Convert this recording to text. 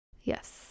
Yes